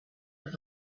have